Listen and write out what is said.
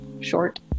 short